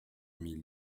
mille